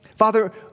Father